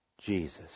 Jesus